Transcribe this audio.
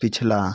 पिछला